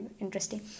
interesting